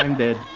um the